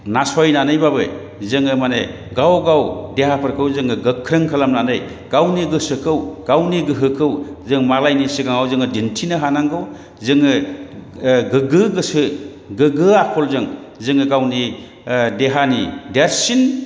नासयनानैबाबो जोङो माने गाव गाव देहाफोरखौ जोङो गोख्रों खालामनानै गावनि गोसोखौ गावनि गोहोखौ जों मालायनि सिगाङाव जोङो दिन्थिनो हानांगौ जोङो गोग्गो गोसो गोग्गो आखलजों जोङो गावनि देहानि देरसिन